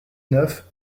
neuf